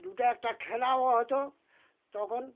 দুটো একটা খেলাও হতো তখন